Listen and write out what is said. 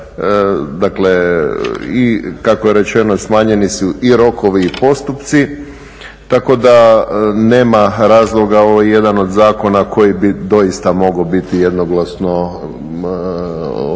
dakle i kako je rečeno smanjeni su i rokovi i postupci tako da nema razloga, ovo je jedan od zakona koji bi doista mogao biti jednoglasno usvojen